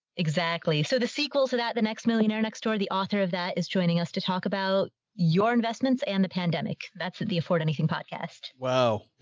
exactly. so the sql to that, the next millionaire next door, the author of that is joining us to talk about your investments and the pandemic that's at the afford anything podcast. wow.